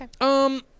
Okay